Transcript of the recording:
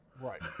Right